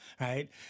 right